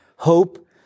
Hope